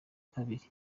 kabiri